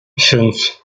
fünf